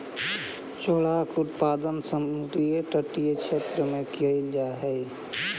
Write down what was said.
जोडाक उत्पादन समुद्र तटीय क्षेत्र में कैल जा हइ